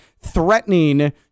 threatening